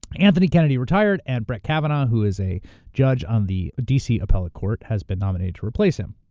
anthony kennedy retired and brett kavanaugh, who is a judge on the dc appellate court, has been nominated to replace him.